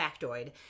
factoid